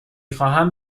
خواهم